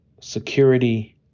security